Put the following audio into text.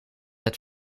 het